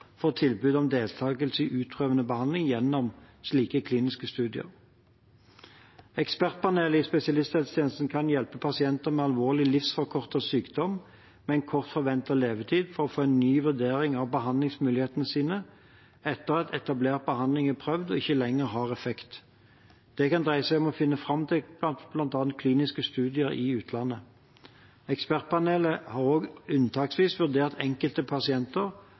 får tilbud om deltakelse i utprøvende behandling gjennom slike kliniske studier. Ekspertpanelet i spesialisthelsetjenesten kan hjelpe pasienter med alvorlig livsforkortende sykdom med kort forventet levetid med å få en ny vurdering av behandlingsmulighetene sine etter at etablert behandling er prøvd og ikke lenger har effekt. Det kan dreie seg om å finne fram til bl.a. kliniske studier i utlandet. Ekspertpanelet har også unntaksvis vurdert enkelte pasienter,